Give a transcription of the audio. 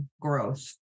growth